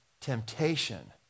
temptation